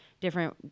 different